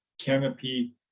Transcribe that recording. canopy